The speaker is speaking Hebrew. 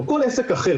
או כל עסק אחר,